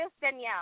Danielle